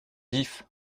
vif